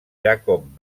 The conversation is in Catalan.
jacob